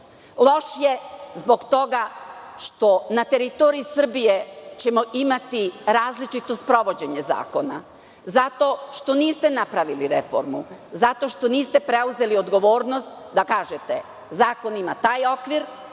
Loš je zbog toga što ćemo na teritoriji Srbije imati različito sprovođenje zakona, zato što niste napravili reformu, zato što niste preuzeli odgovornost da kažete – zakon ima taj okvir,